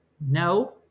No